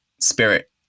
spirit